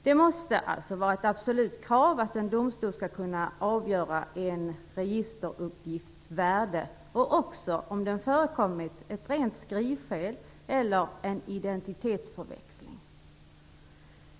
Det måste alltså vara ett absolut krav att en domstol skall kunna avgöra en registeruppgifts värde och också om det förekommit ett rent skrivfel eller en identitetsförväxling.